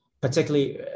particularly